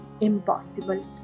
impossible